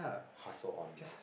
hustle on